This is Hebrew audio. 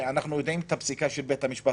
אנחנו מכירים את הפסיקה של בית המשפט